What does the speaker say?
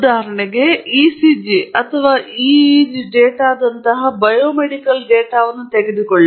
ಆದ್ದರಿಂದ ನೀವು ECG ಅಥವಾ EEG ಡೇಟಾದಂತಹ ಬಯೋಮೆಡಿಕಲ್ ಡೇಟಾವನ್ನು ತೆಗೆದುಕೊಂಡರೆ